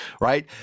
right